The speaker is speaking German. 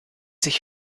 sich